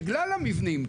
בגלל המבנים,